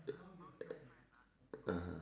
err (uh huh)